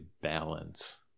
balance